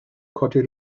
codi